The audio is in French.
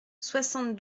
soixante